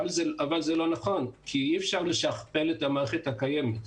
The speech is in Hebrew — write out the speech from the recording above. אבל זה לא נכון כי אפשר לשכפל את המערכת הקיימת.